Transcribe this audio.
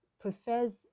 prefers